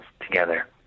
together